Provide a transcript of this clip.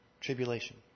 tribulation